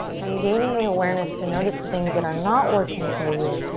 and gaining the awareness to notice the things that are not working for you,